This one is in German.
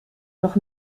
doch